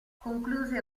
concluse